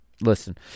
listen